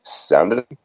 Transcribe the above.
Sounded